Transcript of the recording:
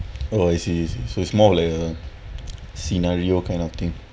oh I see so it's more of like a scenario kind of thing